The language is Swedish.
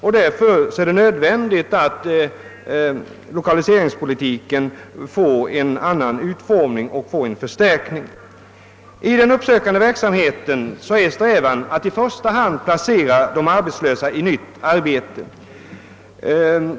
Det är därför nödvändigt att lokaliseringspolitiken får en annan utformning och förstärks. I den uppsökande verksamheten är strävan att i första hand placera de arbetslösa i ett nytt arbete.